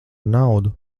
naudu